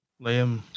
Liam